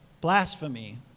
blasphemy